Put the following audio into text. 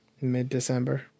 mid-December